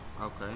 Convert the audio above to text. Okay